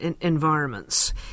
environments